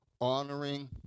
honoring